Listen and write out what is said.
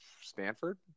stanford